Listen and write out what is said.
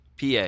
PA